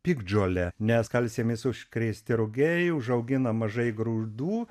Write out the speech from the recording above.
piktžole nes skalsėmis užkrėsti rugiai užaugina mažai grūdų